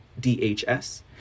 DHS